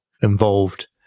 involved